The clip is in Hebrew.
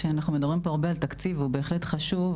שאנחנו מדברים פה הרבה על תקציב והוא בהחלט חשוב,